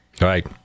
Right